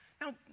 Now